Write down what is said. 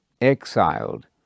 exiled